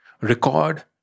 record